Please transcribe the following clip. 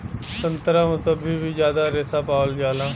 संतरा मुसब्बी में जादा रेशा पावल जाला